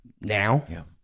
now